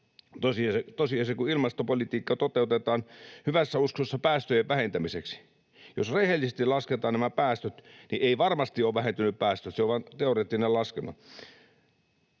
tosiasia, kun ilmastopolitiikka toteutetaan hyvässä uskossa päästöjen vähentämiseksi. Jos rehellisesti lasketaan nämä päästöt, niin eivät varmasti ole päästöt vähentyneet — se on vaan teoreettinen laskelma.